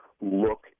look